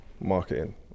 marketing